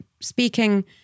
speaking